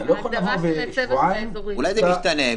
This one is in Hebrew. אולי זה משתנה.